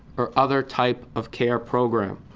or other type of care program.